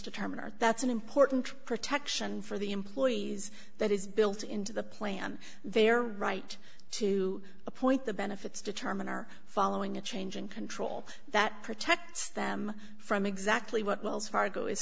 determine are that's an important protection for the employees that is built into the plan their right to appoint the benefits determine are following a change in control that protects them from exactly what wells fargo is